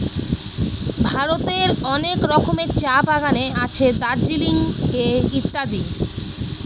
ভারতের অনেক রকমের চা বাগানে আছে দার্জিলিং এ ইত্যাদি